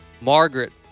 Margaret